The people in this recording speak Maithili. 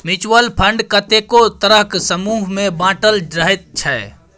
म्युच्युअल फंड कतेको तरहक समूह मे बाँटल रहइ छै